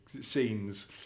scenes